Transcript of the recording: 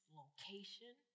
location